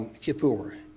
kippur